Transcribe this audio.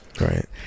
Right